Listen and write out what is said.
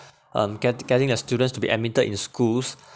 um get~ getting a students to be admitted in schools